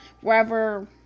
wherever